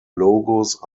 logos